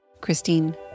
Christine